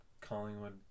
Collingwood